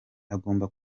agomba